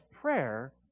prayer